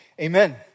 Amen